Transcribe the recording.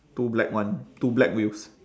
two black one two black wheels